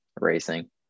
racing